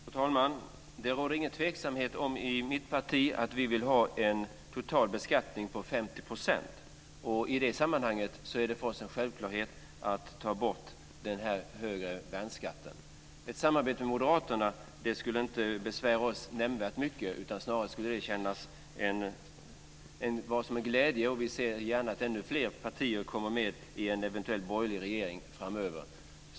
Fru talman! Det råder ingen tveksamhet i mitt parti om att vi vill ha en total beskattning på 50 %. I det sammanhanget är det för oss en självklarhet att ta bort den högre värnskatten. Ett samarbete med Moderaterna skulle inte besvära oss nämnvärt mycket, utan det skulle snarare kännas som en glädje. Vi ser gärna att ännu fler partier kommer med i en eventuell borgerlig regering framöver.